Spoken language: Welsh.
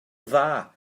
dda